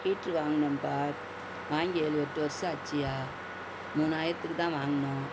ஹீட்ரு வாங்குனோம்பா வாங்கி ஏழு எட்டு வருஷம் ஆச்சுயா மூணாயிரத்துக்கு தான் வாங்கினோம்